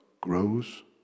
grows